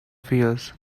fears